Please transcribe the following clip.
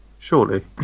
Surely